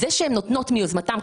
אבל זה שהן נותנות מיוזמתן,